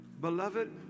Beloved